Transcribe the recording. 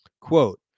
Quote